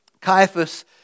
Caiaphas